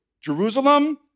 Jerusalem